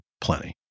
plenty